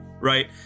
right